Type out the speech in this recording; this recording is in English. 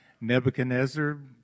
Nebuchadnezzar